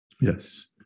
Yes